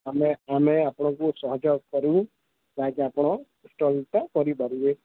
ଆମେ ଆମେ ଆପଣଙ୍କୁ ସହଯୋଗ କରିବୁ ଯାହାକି ଆପଣ ଷ୍ଟଲ୍ଟା କରିପାରିବେ